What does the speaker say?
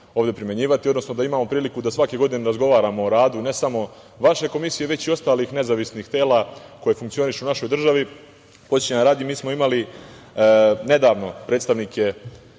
ovde primenjivati, odnosno da imamo prilike da svake godine razgovaramo o radu, ne samo vaše Komisije, već i ostalih nezavisnih tela koja funkcionišu u našoj državi. Podsećanja radi, mi smo imali nedavno predstavnike